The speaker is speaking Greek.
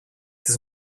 τις